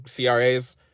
CRAs